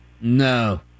No